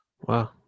Wow